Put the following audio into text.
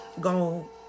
go